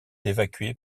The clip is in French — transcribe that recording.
évacuées